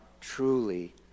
truly